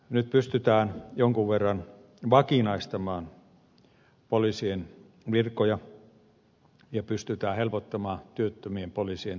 nyt pystytään jonkun verran vakinaistamaan poliisien virkoja ja pystytään helpottamaan työttömien poliisien työllistämistä